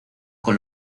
con